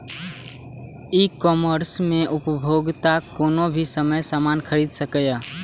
ई commerce मे उपभोक्ता कोनो भी समय सामान खरीद सकैए